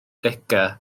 degau